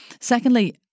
Secondly